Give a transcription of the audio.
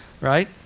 Right